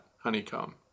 honeycomb